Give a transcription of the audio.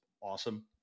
awesome